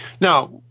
Now